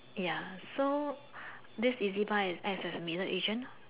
ya so this E_Z buy is acts as a middle agent